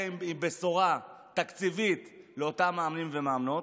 עם בשורה תקציבית לאותם מאמנים ומאמנות.